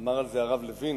אמר על זה הרב לוין,